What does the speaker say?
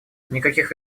никаких